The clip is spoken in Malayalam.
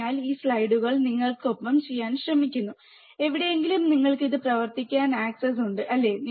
അതിനാൽ ഈ സ്ലൈഡുകൾ നിങ്ങൾക്കൊപ്പം ചെയ്യാൻ ശ്രമിക്കുന്നു എവിടെയെങ്കിലും നിങ്ങൾക്ക് ഇത് പ്രവർത്തിക്കാൻ ആക്സസ് ഉണ്ട് അല്ലേ